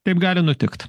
taip gali nutikt